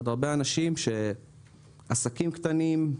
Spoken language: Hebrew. זה עוד הרבה אנשים, עסקים קטנים,